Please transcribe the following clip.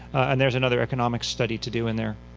and there's another economics study to do in there.